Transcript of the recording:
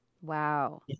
Wow